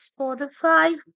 Spotify